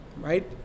right